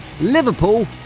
Liverpool